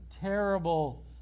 terrible